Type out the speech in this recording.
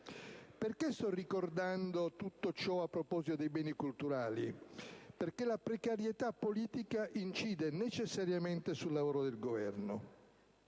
Perché sto ricordando tutto ciò a proposito dei beni culturali? Perché la precarietà politica incide necessariamente sul lavoro del Governo.